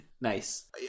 Nice